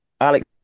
Alex